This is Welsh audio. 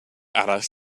arall